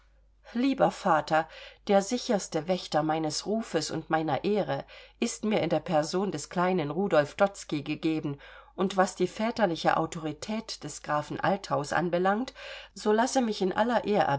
lieber vater der sicherste wächter meines rufes und meiner ehre ist mir in der person des kleinen rudolf dotzky gegeben und was die väterliche autorität des grafen althaus anbelangt so lasse mich in aller